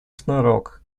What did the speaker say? шнурок